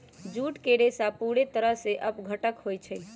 jute के रेशा पूरे तरह से अपघट्य होई छई